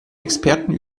experten